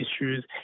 issues